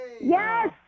yes